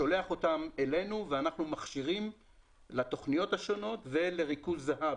שולח אותם אלינו ואנחנו מכשירים לתוכניות השונות ולריכוז זה"ב,